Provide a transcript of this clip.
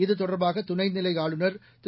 இத்தொடர்பாக துணைநிலை ஆளுநர் திரு